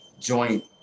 joint